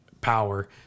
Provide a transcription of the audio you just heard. power